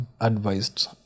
advised